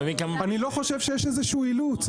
אני לא חושב שיש איזשהו אילוץ,